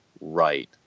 right